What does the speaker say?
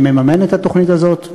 שמממן את התוכנית הזאת,